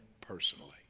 personally